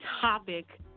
topic